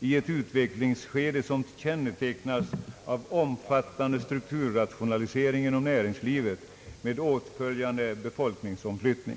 i ett utvecklingsskede som kännetecknas av omfattande strukturrationalisering inom näringslivet med åtföljande befolkningsomflyttning.